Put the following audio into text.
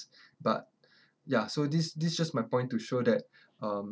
but ya so this this just my point to show that uh